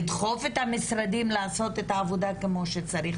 לדחוף את המשרדים לעשות את העבודה כמו שצריך,